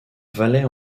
valais